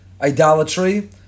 idolatry